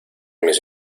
mis